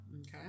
Okay